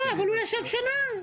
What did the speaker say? אבל הוא ישב שנה.